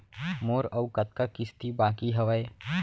मोर अऊ कतका किसती बाकी हवय?